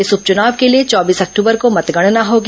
इस उप चुनाव के लिए चौबीस अक्टूबर को मतगणना होगी